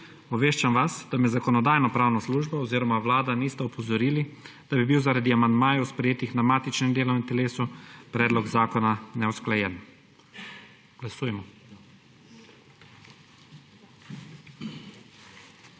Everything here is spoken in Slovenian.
Obveščam vas, da me Zakonodajno-pravna služba oziroma Vlada nista opozorili, da bi bil zaradi amandmajev, sprejetih na matičnem delovnem telesu, predlog zakona neusklajen. Glasujemo.